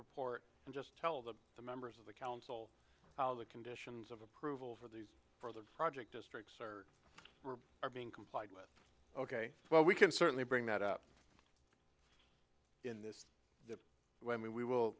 report and just tell them the members of the council the conditions of approval for these project districts are are being complied with ok well we can certainly bring that up in this when we will